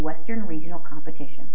western regional competition